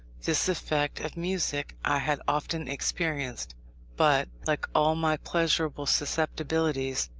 this effect of music i had often experienced but, like all my pleasurable susceptibilities,